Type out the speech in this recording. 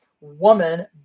Woman